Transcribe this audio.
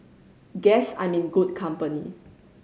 guess I'm in good company